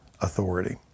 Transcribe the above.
authority